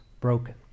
broken